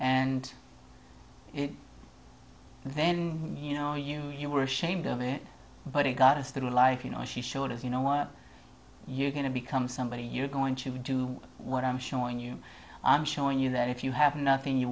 and it then you know you you were ashamed of it but it got us there like you know she sure is you know what you're going to become somebody you're going to do what i'm showing you i'm showing you that if you have nothing you